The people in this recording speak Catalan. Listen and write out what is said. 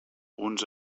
uns